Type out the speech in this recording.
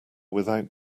without